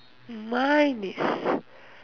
mine is